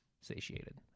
satiated